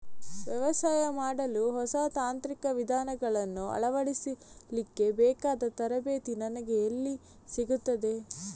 ವ್ಯವಸಾಯ ಮಾಡಲು ಹೊಸ ತಾಂತ್ರಿಕ ವಿಧಾನಗಳನ್ನು ಅಳವಡಿಸಲಿಕ್ಕೆ ಬೇಕಾದ ತರಬೇತಿ ನನಗೆ ಎಲ್ಲಿ ಸಿಗುತ್ತದೆ?